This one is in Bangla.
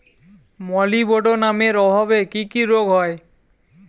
মলিবডোনামের অভাবে কি কি রোগ হয়?